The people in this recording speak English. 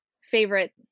Favorite